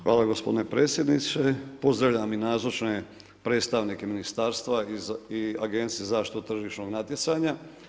Hvala gospodine predsjedniče, pozdravljam i nazočne predstavnike ministarstva i Agencije za zaštitu tržišnog natjecanja.